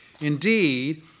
Indeed